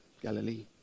Galilee